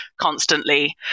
constantly